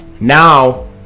Now